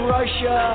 Russia